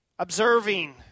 observing